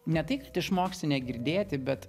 ne tai kad išmoksti negirdėti bet